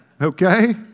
Okay